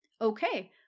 okay